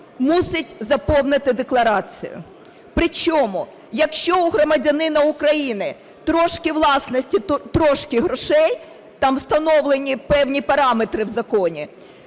мусить заповнити декларацію. Причому, якщо у громадянина України трошки власності, трошки грошей, там встановлені певні параметри в законі,